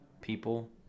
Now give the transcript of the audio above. people